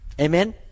Amen